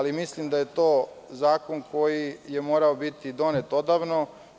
Mislim da je to zakon koji je morao biti donet odavno.